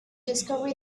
discovery